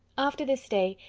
after this day,